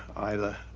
either,